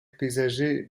paysager